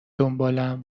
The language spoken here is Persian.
دنبالم